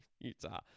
Utah